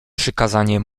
przykazanie